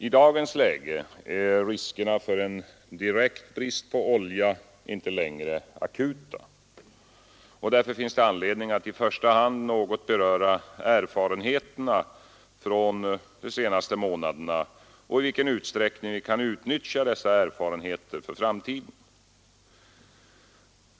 I dagens läge är riskerna för en direkt brist på olja inte längre akuta. Därför finns det anledning att i första hand något beröra erfarenheterna från de senaste månaderna och frågan om i vilken utsträckning vi kan utnyttja dessa erfarenheter för framtiden.